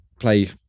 play